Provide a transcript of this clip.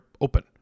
open